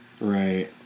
Right